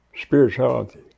spirituality